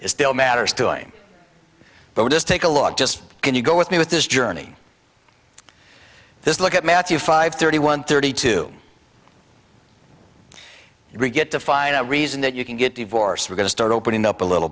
it still matters to him but just take a look just can you go with me with this journey this look at matthew five thirty one thirty two you get to find a reason that you can get divorced we're going to start opening up a little